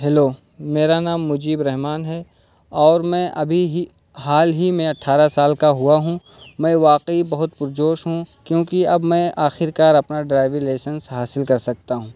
hello میرا نام مجیب رحمٰن ہے اور میں ابھی ہی حال ہی میں اٹھارہ سال کا ہوا ہوں میں واقعی بہت پرجوش ہوں کیونکہ اب میں آخر کار اپنا ڈرائیوی لائسنس حاصل کر سکتا ہوں